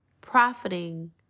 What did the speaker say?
profiting